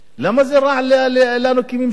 למה זה רע לנו כממשלות?